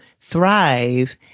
thrive